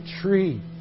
tree